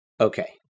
Okay